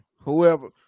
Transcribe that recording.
Whoever